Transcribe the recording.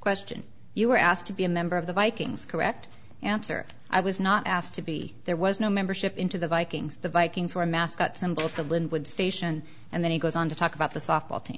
question you were asked to be a member of the vikings correct answer i was not asked to be there was no membership into the vikings the vikings were a mascot some group of linwood station and then he goes on to talk about the softball team